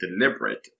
deliberate